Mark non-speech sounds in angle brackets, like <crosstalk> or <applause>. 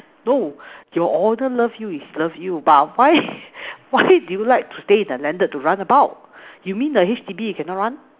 no your owner love you is love you but why <noise> why do you like to stay in the landed to run about you mean the H_D_B you cannot run